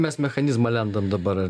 mes mechanizmą lendam dabar